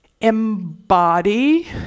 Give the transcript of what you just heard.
embody